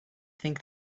think